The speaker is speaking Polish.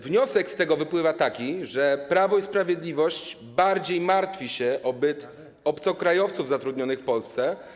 Wniosek z tego wypływa taki, że Prawo i Sprawiedliwość bardziej martwi się o byt obcokrajowców zatrudnionych w Polsce.